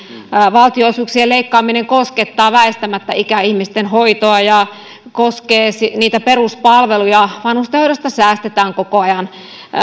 valtionosuuksien leikkaaminen koskettaa väistämättä ikäihmisten hoitoa ja koskee niitä peruspalveluja vanhustenhoidosta säästetään koko ajan